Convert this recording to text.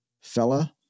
fella